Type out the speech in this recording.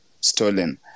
stolen